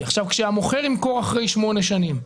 כשהמוכר הראשון ימכור אחרי שמונה שנים,